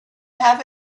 have